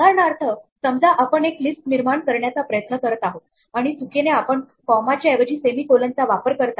उदाहरणार्थ समजा आपण एक लिस्ट निर्माण करण्याचा प्रयत्न करत आहोत आणि चुकीने आपण कॉमा च्या ऐवजी सेमी कोलन चा वापर करता